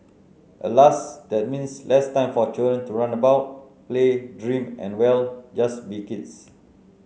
alas that means less time for children to run about play dream and well just be kids